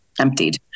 emptied